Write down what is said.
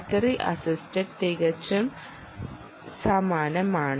battery assisted തികച്ചും സമാനമാണ്